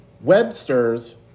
Webster's